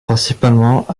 principalement